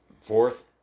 fourth